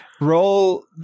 roll